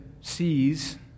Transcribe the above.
sees